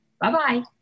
Bye-bye